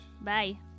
Bye